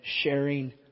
sharing